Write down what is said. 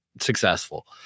successful